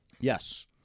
Yes